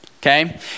Okay